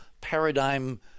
paradigm